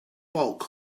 bulk